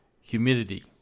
humidity